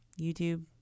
YouTube